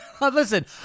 Listen